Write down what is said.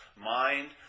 mind